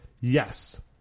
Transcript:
Yes